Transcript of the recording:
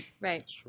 Right